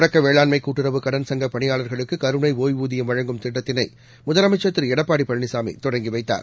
தொடக்க வேளாண்மை கூட்டுறவு கடன் சங்கப் பணியாளர்களுக்கு கருணை ஒய்வூதியம் வழங்கும் திட்டத்தினை முதலமைச்சர் திரு எடப்பாடி பழனிசாமி தொடங்கி வைத்தார்